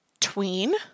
tween